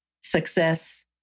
success